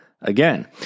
again